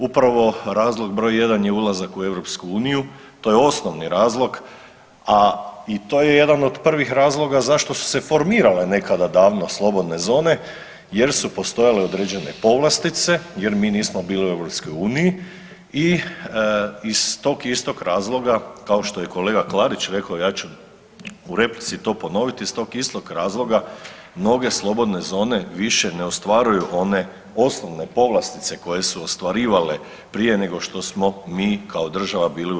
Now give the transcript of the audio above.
Upravo razlog broj jedan je ulazak u EU, to je osnovni razlog, a i to je jedan od prvih razloga zašto su se formirale nekada davno slobodne zone jer su postojale određene povlastice jer mi nismo bili u EU i iz tog istog razloga kao što je i kolega Klarić rekao, ja ću u replici to ponoviti, iz tog istog razloga mnoge slobodne zone više ne ostvaruju one osnovne povlastice koje su ostvarivale prije nego što smo mi kao država bili u EU.